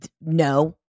No